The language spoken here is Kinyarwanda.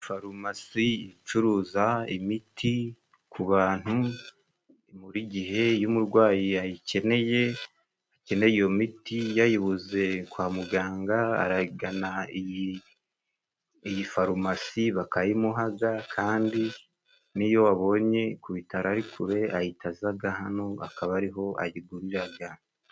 Farumasi icuruza imiti ku bantu, buri gihe iyo umurwayi ayikeneye, akeneye iyo miti yayibuze kwa muganga arayigana iyi farumasi bakayimuhaga, kandi niyo wabonye ku bitaro ari kure ahita azaga hano akaba ariho ayiguriraga.